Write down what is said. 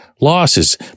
losses